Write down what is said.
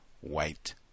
white